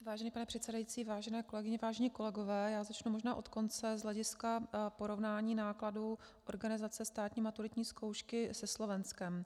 Vážený pane předsedající, vážené kolegyně, vážení kolegové, já začnu možná od konce z hlediska porovnání nákladů organizace státní maturitní zkoušky se Slovenskem.